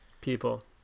people